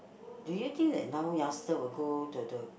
do you think that now youngster will go to the